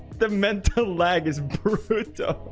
the mental lag is brutal